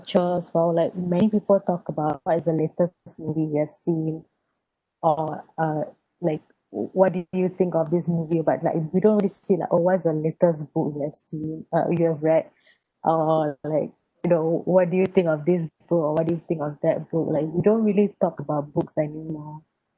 while like many people talk about what is the latest movies you have seen or uh like what did you think of this movie about like we don't really say like oh what is the latest books you have seen uh you have read uh like the what do you think of this book or what do you think of that book like we don't really talk about books anymore